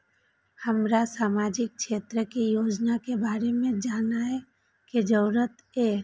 हमरा सामाजिक क्षेत्र के योजना के बारे में जानय के जरुरत ये?